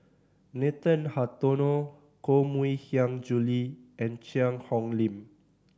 Nathan Hartono Koh Mui Hiang Julie and Cheang Hong Lim